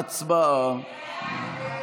הצבעה.